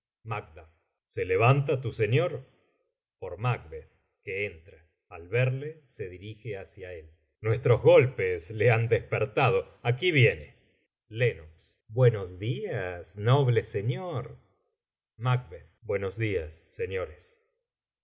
se levanta tu señor por macbetl que entra al verle se dirige hacia él nuestros golpes le han despertado aquí viene len buenos días noble señor macb buenos días señores